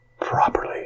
properly